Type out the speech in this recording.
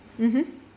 mmhmm